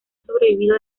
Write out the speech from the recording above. sobrevivido